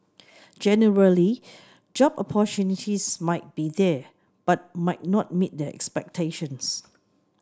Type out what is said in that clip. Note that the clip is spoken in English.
generally job opportunities might be there but might not meet their expectations